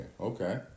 Okay